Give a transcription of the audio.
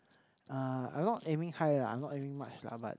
uh I not aiming high lah I not aiming much lah but